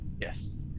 Yes